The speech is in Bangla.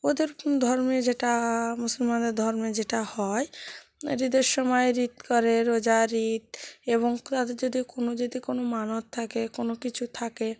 ওদের ধর্মে যেটা মুসলমানদের ধর্মে যেটা হয় ঈদের সময় ঈদ করে রোজা ঈদ এবং তাদের যদি কোনো যদি কোনো মানত থাকে কোনো কিছু থাকে